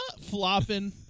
flopping